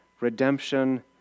redemption